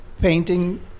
painting